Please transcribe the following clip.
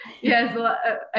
Yes